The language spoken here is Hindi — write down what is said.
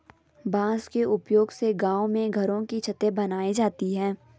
बांस के उपयोग से गांव में घरों की छतें बनाई जाती है